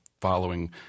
following